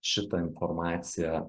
šitą informaciją